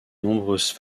nombreuses